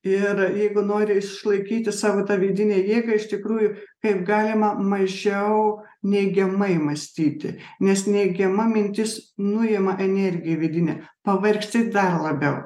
ir jeigu nori išlaikyti savo tą vidinę jėgą iš tikrųjų kaip galima mažiau neigiamai mąstyti nes neigiama mintis nuima energiją vidinę pavargsti dar labiau